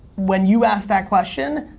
when you ask that question,